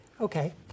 Okay